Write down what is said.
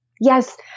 yes